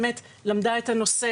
באמת למדה את הנושא,